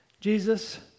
Jesus